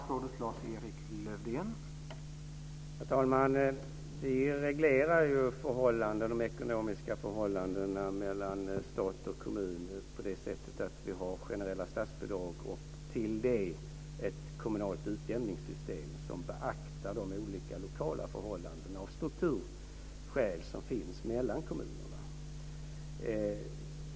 Herr talman! Vi reglerar ju de ekonomiska förhållandena mellan stat och kommun på det sättet att vi har generella statsbidrag och till det ett kommunalt utjämningssystem, som beaktar de olika lokala förhållandena och strukturskillnader som finns mellan kommunerna.